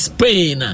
Spain